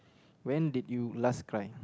when did you last cry